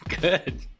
Good